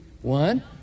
One